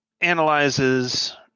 analyzes